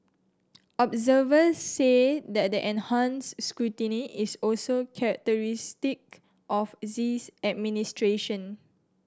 observers say that the enhanced scrutiny is also characteristic of Xi's administration